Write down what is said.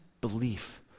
belief